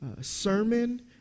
sermon